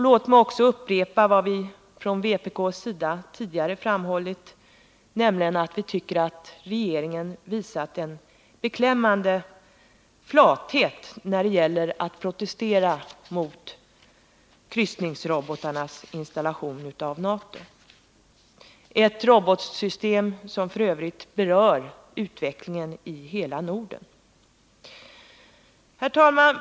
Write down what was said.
Låt mig också upprepa vad vi från vpk:s sida tidigare har framhållit, nämligen att vi tycker att regeringen har visat en beklämmande flathet när det gäller att protestera mot NATO:s installation av kryssningsrobotar — ett robotsystem som f. ö. berör utvecklingen i hela Norden. Herr talman!